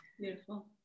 Beautiful